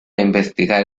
investigar